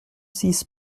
six